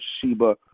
Sheba